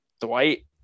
Dwight